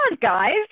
guys